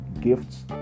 gifts